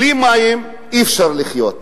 בלי מים אי-אפשר לחיות.